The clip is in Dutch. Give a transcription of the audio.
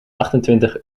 achtentwintig